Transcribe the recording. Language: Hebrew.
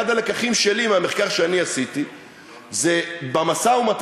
אחד הלקחים שלי מהמחקר שעשיתי זה במשא-ומתן